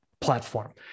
platform